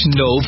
no